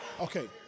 Okay